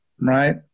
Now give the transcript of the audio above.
Right